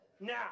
Now